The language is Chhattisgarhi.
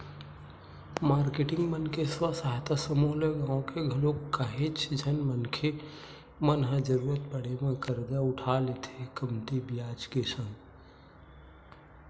मारकेटिंग मन के स्व सहायता समूह ले गाँव के घलोक काहेच झन मनखे मन ह जरुरत पड़े म करजा उठा लेथे कमती बियाज के संग